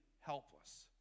helpless